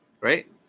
Right